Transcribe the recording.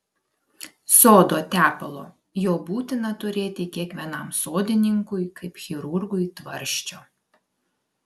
sodo tepalo jo būtina turėti kiekvienam sodininkui kaip chirurgui tvarsčio